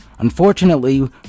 Unfortunately